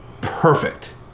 perfect